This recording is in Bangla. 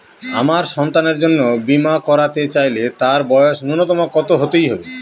আমার সন্তানের জন্য বীমা করাতে চাইলে তার বয়স ন্যুনতম কত হতেই হবে?